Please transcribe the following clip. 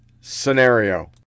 scenario